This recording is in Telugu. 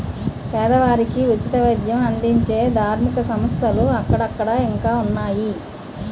పేదవారికి ఉచిత వైద్యం అందించే ధార్మిక సంస్థలు అక్కడక్కడ ఇంకా ఉన్నాయి